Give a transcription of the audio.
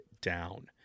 down